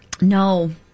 No